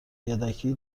یدکی